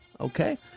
Okay